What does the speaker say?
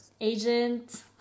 agent